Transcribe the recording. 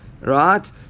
Right